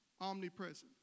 omnipresent